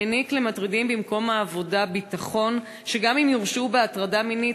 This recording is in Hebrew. העניק למטרידים במקום העבודה ביטחון שגם אם יורשעו בהטרדה מינית,